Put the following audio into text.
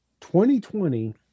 2020